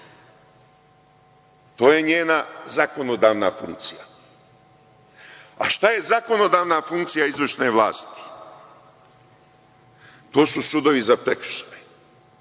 To je njena zakonodavna funkcija. A šta je zakonodavna funkcija izvršne vlasti? To su sudovi za prekršaje.